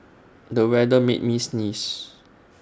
the weather made me sneeze